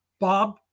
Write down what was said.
Bob